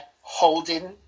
holding